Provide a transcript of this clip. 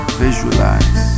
visualize